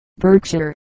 Berkshire